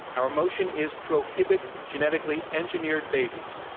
our motion is prohibit genetically engineered babies,